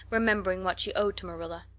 remembering what she owed to marilla.